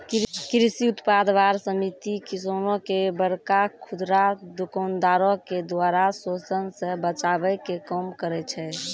कृषि उत्पाद बार समिति किसानो के बड़का खुदरा दुकानदारो के द्वारा शोषन से बचाबै के काम करै छै